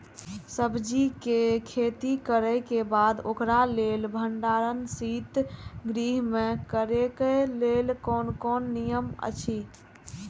सब्जीके खेती करे के बाद ओकरा लेल भण्डार शित गृह में करे के लेल कोन कोन नियम अछि?